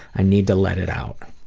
i need to let it out.